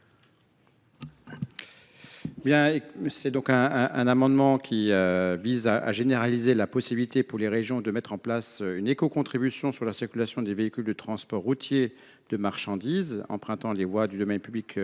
Le présent amendement vise à généraliser la possibilité, pour les régions, de mettre en place une écocontribution sur la circulation des véhicules de transport routier de marchandises empruntant les voies du domaine public